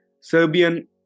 Serbian